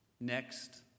Next